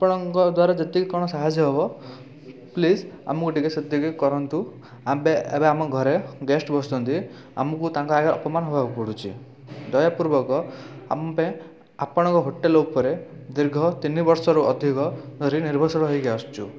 ଆପଣଙ୍କ ଦ୍ଵାରା ଯେତିକି କ'ଣ ସାହାଯ୍ୟ ହେବ ପ୍ଲିଜ୍ ଆମକୁ ଟିକିଏ ସେତିକି କରନ୍ତୁ ଆମ ପାଇଁ ଏବେ ଆମ ଘରେ ଗେଷ୍ଟ୍ ବସିଛନ୍ତି ଆମକୁ ତାଙ୍କ ଆଗେ ଅପମାନ ହେବାକୁ ପଡ଼ୁଛି ଦୟାପୂର୍ବକ ଆମପାଇଁ ଆପଣଙ୍କ ହୋଟେଲ୍ ଉପରେ ଦୀର୍ଘ ତିନି ବର୍ଷରୁ ଅଧିକ ଧରି ନିର୍ଭରଶୀଳ ହେଇକି ଆସୁଛୁ